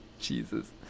Jesus